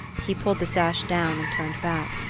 he pulled the sash down and turned back.